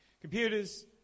Computers